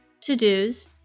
to-dos